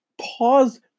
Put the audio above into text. pause